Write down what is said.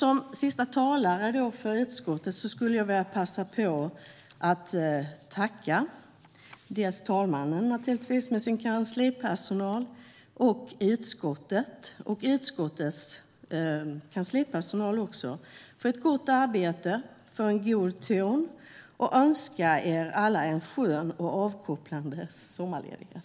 Som sista talare för utskottet skulle jag vilja passa på att tacka dels talmannen med kanslipersonal, dels utskottet och utskottets kanslipersonal för ett gott arbete och för en god ton. Jag önskar er alla en skön och avkopplande sommarledighet.